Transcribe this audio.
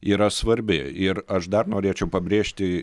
yra svarbi ir aš dar norėčiau pabrėžti